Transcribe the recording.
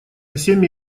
всеми